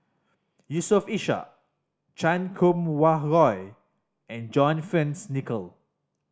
Yusof Ishak Chan Kum Wah Roy and John Fearns Nicoll